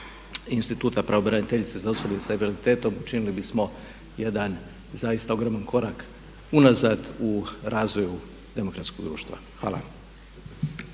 instituta pravobraniteljice za osobe sa invaliditetom učinili bismo jedan zaista ogroman korak u razvoju demokratskog društva. Hvala.